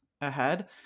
ahead